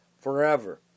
forever